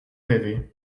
rêvé